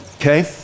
okay